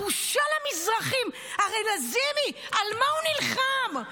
הבושה למזרחים, הרי לזימי, על מה הוא נלחם?